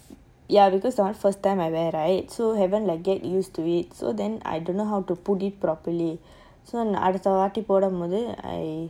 ya because that one first time I wear right so haven't like get used to it so then I don't know how to put it properly so அடுத்தவாட்டிபோடும்போது:aduthavaati podumpothu